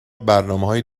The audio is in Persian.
برنامههای